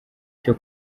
cyo